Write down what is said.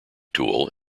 tool